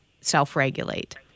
self-regulate